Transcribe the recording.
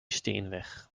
steenweg